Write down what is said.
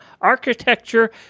architecture